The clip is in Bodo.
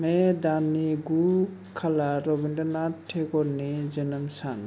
मे दाननि गु खालार रबिन्द्रनाथ थेगरनि जोनोम सान